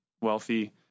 wealthy